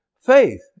faith